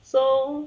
so